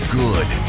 good